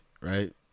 right